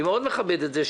אני מאוד מכבד את זה,